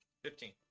Fifteen